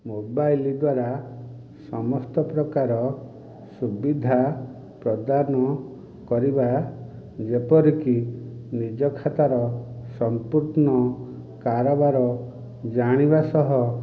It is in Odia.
ମୋବାଇଲ୍ ଦ୍ଵାରା ସମସ୍ତ ପ୍ରକାର ସୁବିଧା ପ୍ରଦାନ କରିବା ଯେପରିକି ନିଜ ଖାତାର ସମ୍ପୂର୍ଣ୍ଣ କାରବାର ଜାଣିବା ସହ